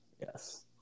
Yes